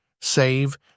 save